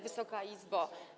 Wysoka Izbo!